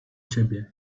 ciebie